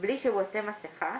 בלי שהוא עוטה מסכה,